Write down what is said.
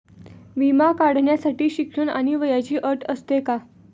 विमा काढण्यासाठी शिक्षण आणि वयाची अट असते का?